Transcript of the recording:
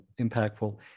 impactful